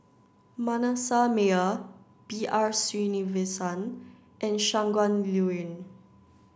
Manasseh Meyer B R Sreenivasan and Shangguan Liuyun